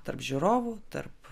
tarp žiūrovų tarp